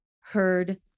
heard